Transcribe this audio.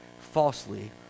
falsely